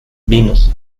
vinos